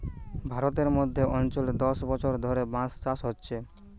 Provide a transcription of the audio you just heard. ভারতের মধ্য অঞ্চলে দশ বছর ধরে বাঁশ চাষ হচ্ছে